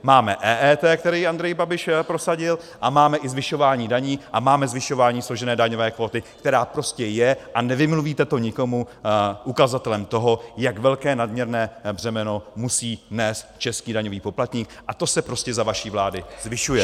Máme EET, které Andrej Babiš prosadil, a máme i zvyšování daní a máme zvyšování složené daňové kvóty, která prostě je, a nevymluvíte to nikomu, ukazatelem toho, jak velké nadměrné břemeno musí nést český daňový poplatník, a to se prostě za vaší vlády zvyšuje.